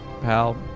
pal